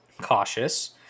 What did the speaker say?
cautious